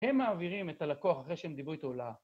‫הם מעבירים את הלקוח ‫אחרי שהם דיברו איתו ל...